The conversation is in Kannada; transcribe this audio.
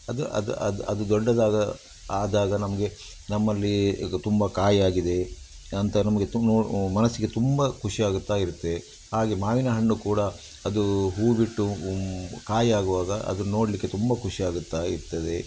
ಅದು ಅದು ಅದು ಅದು ದೊಡ್ಡದಾದ ಆದಾಗ ನಮಗೆ ನಮ್ಮಲ್ಲಿ ಈಗ ತುಂಬ ಕಾಯಿ ಆಗಿದೆ ಅಂತ ನಮಗೆ ತುಂಬ ಮನಸ್ಸಿಗೆ ತುಂಬ ಖುಷಿಯಾಗತ್ತಾ ಇರುತ್ತೆ ಹಾಗೆ ಮಾವಿನಹಣ್ಣು ಕೂಡ ಅದು ಹೂ ಬಿಟ್ಟು ಕಾಯಿ ಆಗುವಾಗ ಅದನ್ನು ನೋಡಲಿಕ್ಕೆ ತುಂಬ ಖುಷಿಯಾಗುತ್ತಾ ಇರ್ತದೆ